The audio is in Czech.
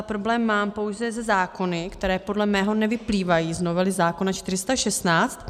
Problém mám pouze se zákony, které podle mého nevyplývají z novely zákona 416.